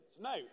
No